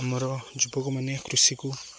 ଆମର ଯୁବକମାନେ କୃଷିକୁ